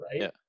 right